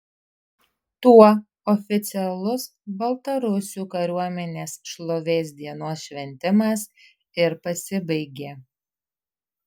tuo oficialus baltarusių kariuomenės šlovės dienos šventimas ir pasibaigė